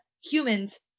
humans